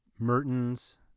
Mertens